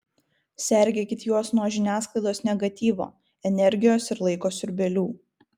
sergėkit juos nuo žiniasklaidos negatyvo energijos ir laiko siurbėlių